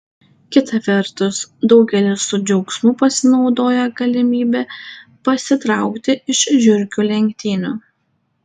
kita vertus daugelis su džiaugsmu pasinaudoja galimybe pasitraukti iš žiurkių lenktynių